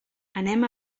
anem